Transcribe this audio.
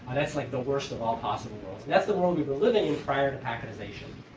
that's like the worst of all possible worlds. and that's the world we were living in prior to packtization.